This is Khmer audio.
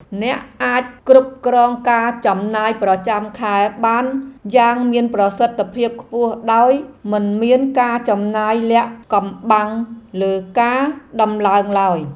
អ្នកអាចគ្រប់គ្រងការចំណាយប្រចាំខែបានយ៉ាងមានប្រសិទ្ធភាពខ្ពស់ដោយមិនមានការចំណាយលាក់កំបាំងលើការដំឡើងឡើយ។